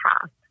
past